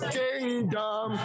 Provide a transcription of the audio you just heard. kingdom